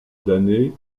d’années